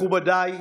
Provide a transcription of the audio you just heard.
מכובדיי,